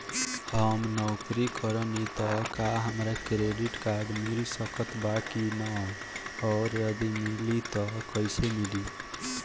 हम नौकरी करेनी त का हमरा क्रेडिट कार्ड मिल सकत बा की न और यदि मिली त कैसे मिली?